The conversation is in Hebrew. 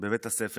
בבית הספר.